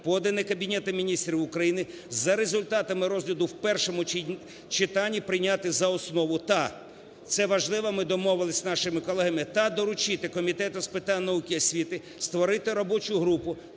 поданий Кабінетом Міністрів України, за результатами розгляду в першому читанні прийняти за основу та – це важливо, ми домовились з нашими колегами, – та доручити Комітету з питань науки і освіти створити робочу групу